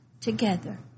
together